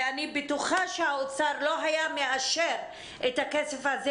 ואני בטוחה שהאוצר לא היה מאשר את הכסף הזה